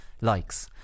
likes